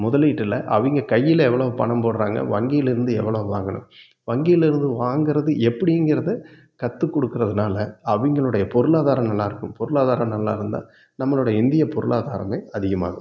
முதலீட்டில் அவங்க கையில் எவ்வளவு பணம் போடுகிறாங்க வங்கியில் இருந்து எவ்வளவு வாங்கணும் வங்கியிலிருந்து வாங்குறது எப்படிங்கிறத கத்துக்கொடுக்குறதுனால அவங்களுடைய பொருளாதாரம் நல்லாயிருக்கும் பொருளாதாரம் நல்லாயிருந்தா நம்மளோட இந்திய பொருளாதாரமும் அதிகமாகும்